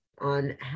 on